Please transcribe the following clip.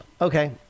Okay